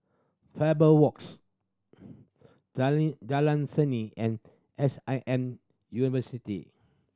Faber Walks Jalan Seni and S I M University